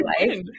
life